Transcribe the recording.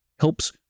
helps